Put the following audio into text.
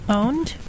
owned